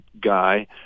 guy